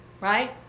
right